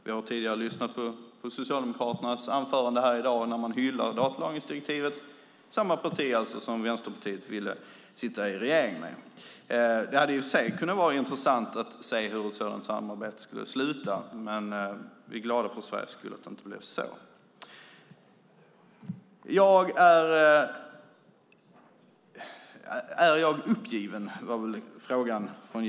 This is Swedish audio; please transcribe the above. Vi har tidigare lyssnat på Socialdemokraternas anförande - det parti som Vänsterpartiet ville sitta i regering med - där man hyllar datalagringsdirektivet. Det hade kunnat vara intressant att se hur ett sådant samarbete fungerade, men vi är glada för Sveriges skull att det inte blev så. Jens Holm frågade om jag är uppgiven.